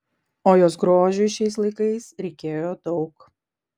o jos grožiui šiais laikais reikėjo daug